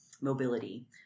mobility